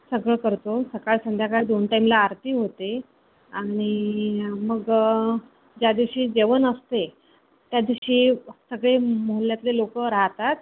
सगळं करतो सकाळ संध्याकाळ दोन टायमला आरती होते आणि मग ज्या दिवशी जेवण असते त्या दिवशी सगळे मोहल्यातले लोक राहतात